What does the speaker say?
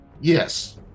Yes